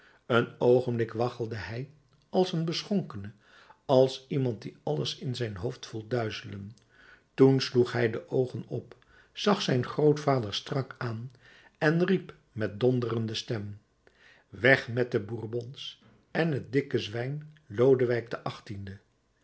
een oogenblik waggelde hij als een beschonkene als iemand die alles in zijn hoofd voelt duizelen toen sloeg hij de oogen op zag zijn grootvader strak aan en riep met donderende stem weg met de bourbons en het dikke zwijn lodewijk